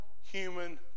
human